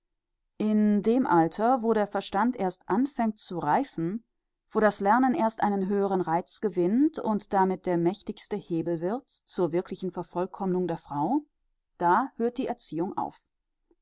in dem alter wo der verstand erst anfängt zu reifen wo das lernen erst einen höheren reiz gewinnt und damit der mächtigste hebel wird zur wirklichen vervollkommnung der frau da hört die erziehung auf